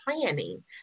planning